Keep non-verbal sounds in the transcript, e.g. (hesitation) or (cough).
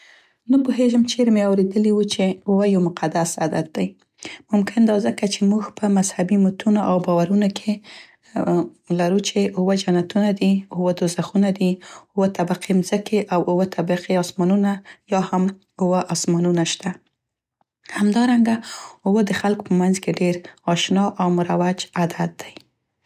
(hesitation) نه پوهیږم چیرې مې اوریدلي وو چې اووه یو مقدس عدد دی. ممکن دا ځکه چې موږ په مذهبي متونو او باورونو کې لرو چې اووه جنتونه دي، اووه دوزخونه دي، اوه طبقې مځکې او اوه طبقې اسمانونه یا هم اووه اسمانونه شته، همدارنګه اووه د خلکو په منځ کې ډير اشنا او مروج عدد دی.